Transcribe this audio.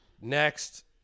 Next